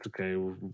okay